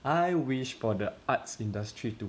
I wish for the arts industry to